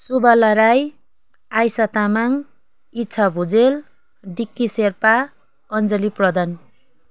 Subala Rai Aisa Tamang Ichchha Bhujel Dikki Sherpa Anjali Pradhan